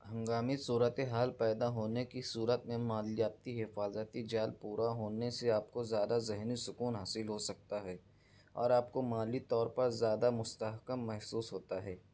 ہنگامی صورت حال پیدا ہونے کی صورت میں مالیاتی حفاظتی جال پورا ہونے سے آپ کو زیادہ ذہنی سکون حاصل ہو سکتا ہے اور آپ کو مالی طور پر زیادہ مستحکم محسوس ہوتا ہے